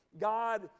God